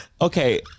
okay